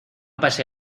pase